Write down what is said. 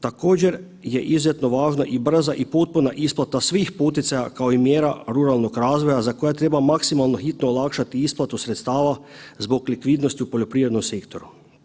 Također je izuzetno važna i brza i potpuna isplata svih poticaja kao i mjera ruralnog razvoja za koja treba maksimalno hitno olakšati isplatu sredstava zbog likvidnosti u poljoprivrednom sektoru.